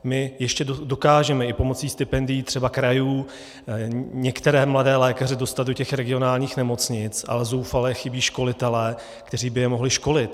My ještě dokážeme i pomocí stipendií třeba krajů některé mladé lékaře dostat do těch regionálních nemocnic, ale zoufale chybí školitelé, kteří by je mohli školit.